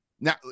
Now